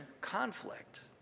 conflict